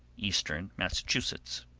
eastern massachusetts.